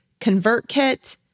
ConvertKit